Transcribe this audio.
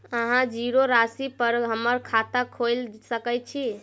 अहाँ जीरो राशि पर हम्मर खाता खोइल सकै छी?